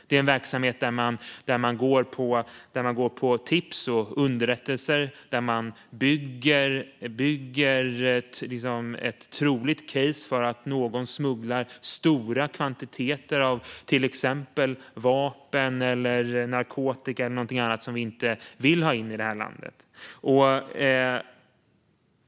Det är en verksamhet där man går på tips och underrättelser och bygger ett troligt case för att någon smugglar stora kvantiteter av till exempel vapen eller narkotika eller något annat som vi inte vill ha in i det här landet.